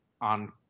on